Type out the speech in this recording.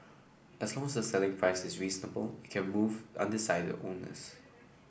as long as selling price is reasonable it can move undecided owners